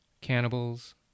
Cannibals